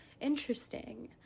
Interesting